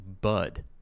bud